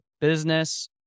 business